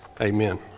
Amen